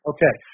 Okay